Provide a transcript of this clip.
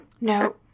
No